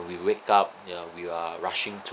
we wake up ya we are rushing to